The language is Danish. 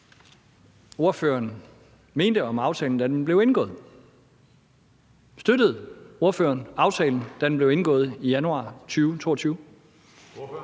ordføreren mente om aftalen, da den blev indgået. Støttede ordføreren aftalen, da den blev indgået i januar 2022?